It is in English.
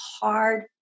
hard